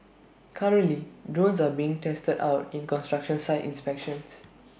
currently drones are being tested out in construction site inspections